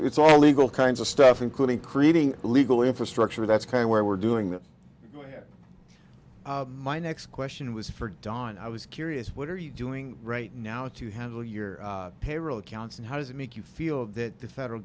it's all legal kinds of stuff including creating a legal infrastructure that's kind of where we're doing that my next question was for dawn i was curious what are you doing right now to handle your payroll accounts and how does it make you feel that the federal